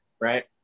right